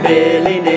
Billy